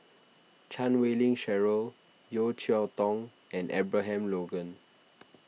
Chan Wei Ling Cheryl Yeo Cheow Tong and Abraham Logan